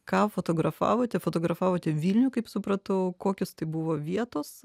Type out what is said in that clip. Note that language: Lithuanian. ką fotografavote fotografavote vilniuj kaip supratau kokios tai buvo vietos